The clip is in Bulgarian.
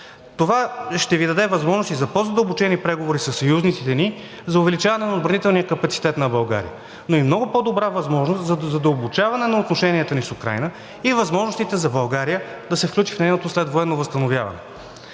Това ще Ви даде възможност и за по-задълбочени преговори със съюзниците ни за увеличаване на отбранителния капацитет на България, но и много по-добра възможност за задълбочаване на взаимоотношенията ни с Украйна и възможностите за България да се включи в нейното следвоенно възстановяване.